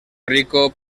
rico